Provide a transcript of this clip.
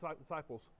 disciples